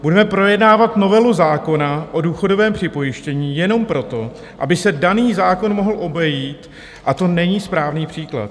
Budeme projednávat novelu zákona o důchodovém připojištění jenom proto, aby se daný zákon mohl obejít, a to není správný příklad.